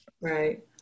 right